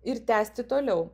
ir tęsti toliau